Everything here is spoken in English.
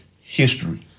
history